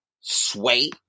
Sway